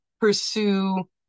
pursue